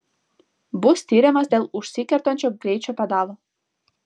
bus tiriamas dėl užsikertančio greičio pedalo